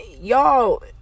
y'all